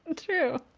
true.